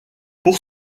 pour